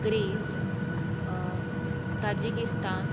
Greece Tajikistan